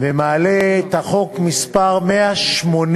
ומעלה את החוק מס' 180